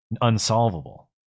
unsolvable